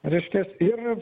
reiškias ir